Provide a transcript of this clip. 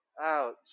Ouch